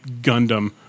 Gundam